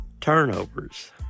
Turnovers